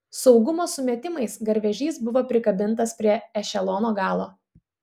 saugumo sumetimais garvežys buvo prikabintas prie ešelono galo